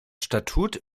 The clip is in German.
statut